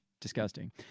disgusting